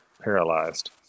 paralyzed